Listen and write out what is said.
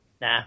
Nah